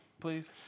please